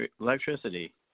electricity